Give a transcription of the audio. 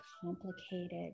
complicated